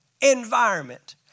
environment